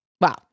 Wow